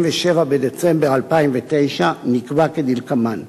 27 בדצמבר 2009, נקבע כדלקמן: